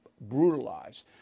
brutalized